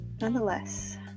Nonetheless